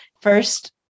First